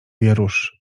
wierusz